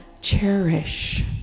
cherish